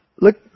Look